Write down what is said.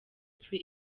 pre